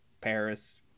paris